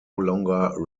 longer